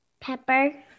Pepper